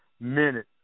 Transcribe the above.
minute